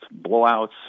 blowouts